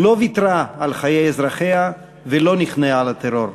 לא ויתרה על חיי אזרחיה ולא נכנעה לטרור.